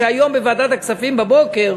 בוועדת הכספים היום בבוקר